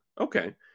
Okay